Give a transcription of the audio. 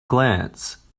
glance